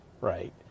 Right